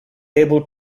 able